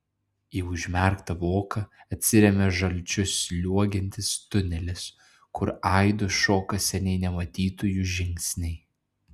į užmerktą voką atsiremia žalčiu sliuogiantis tunelis kur aidu šoka seniai nematytųjų žingsniai